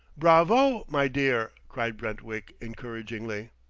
bravo, my dear! cried brentwick encouragingly.